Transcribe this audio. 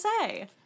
say